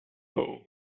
bow